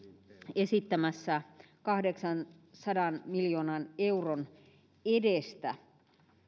esittämässä kahdeksansadan miljoonan euron edestä